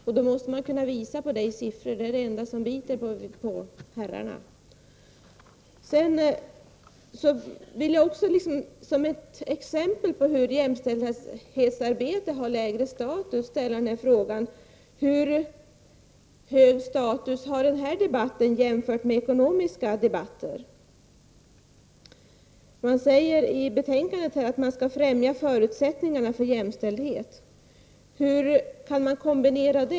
Man måste kunna visa det i siffror, det är det enda som biter på herrarna. Jag vill också som exempel på att jämställdhetsarbetet har lägre status ställa frågan: Hur hög status har den här debatten jämfört med ekonomiska debatter? Det sägs i betänkandet att förutsättningarna för jämställdheten skall främjas.